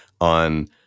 on